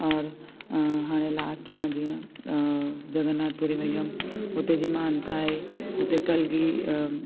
और अ हाणे लास्ट मां जीअं अ जगन्नाथ पुरी वई हुयमि हुते जी महानता आहे हुते कलगी